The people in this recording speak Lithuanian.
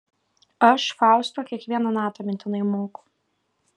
aš fausto kiekvieną natą mintinai moku